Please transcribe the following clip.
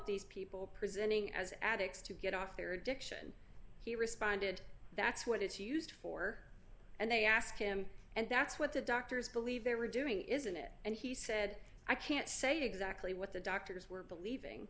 these people presenting as addicts to get off their addiction he responded that's what it's used for and they asked him and that's what the doctors believe they were doing isn't it and he said i can't say exactly what the doctors were believing